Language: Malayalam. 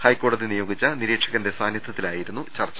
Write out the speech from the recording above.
ഹൈക്കോടതി നിയോഗിച്ച നിരീക്ഷകന്റെ സാന്നിദ്ധ്യത്തിലാ യിരുന്നു ചർച്ച